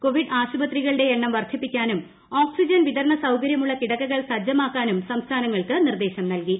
Covid കൃ ആശുപത്രികളുടെ എണ്ണം വർദ്ധിപ്പിക്കാനും ഓക്സ്ട്രിൻ വിതരണ സൌകര്യമുള്ള കിടക്കകൾ സജ്ജമാക്കാനുർ സംസ്ഥാനങ്ങൾക്ക് നിർദ്ദേശം നൽകി